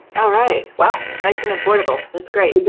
all right, wow, nice and affordable. that's great.